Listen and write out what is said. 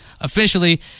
officially